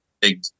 big